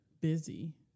busy